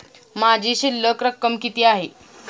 माझी शिल्लक रक्कम किती आहे?